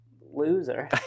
loser